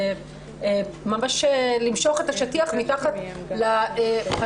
זה ממש למשוך את השטיח מתחת להנחיות